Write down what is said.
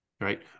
right